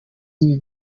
y’ibi